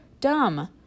dumb